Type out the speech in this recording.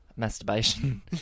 masturbation